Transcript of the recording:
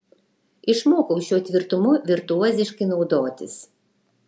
išmokau šiuo tvirtumu virtuoziškai naudotis